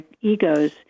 egos